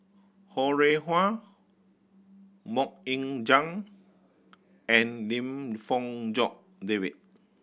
Ho Rih Hwa Mok Ying Jang and Lim Fong Jock David